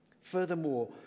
Furthermore